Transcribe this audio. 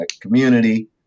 community